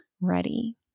ready